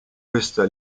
questa